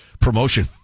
promotion